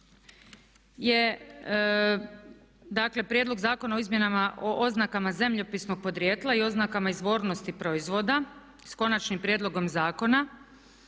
Prijedlog zakona o Izmjenama o oznakama zemljopisnog podrijetla i oznakama izvornosti proizvoda sa Konačnim prijedlogom Zakona.